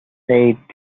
eight